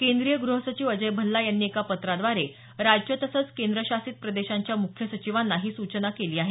केंद्रीय ग्रह सचिव अजय भल्ला यांनी एका पत्राद्वारे राज्य तसंच केंद्र शासित प्रदेशांच्या मुख्य सचिवांना ही सूचना केली आहे